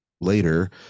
later